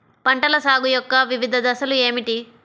పంటల సాగు యొక్క వివిధ దశలు ఏమిటి?